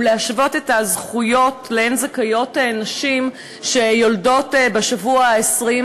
ולהשוות את הזכויות שלהן זכאיות נשים שיולדות בשבוע ה-22